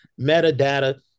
metadata